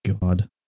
God